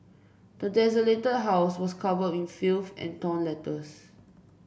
the desolated house was covered in filth and torn letters